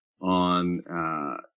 on